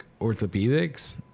Orthopedics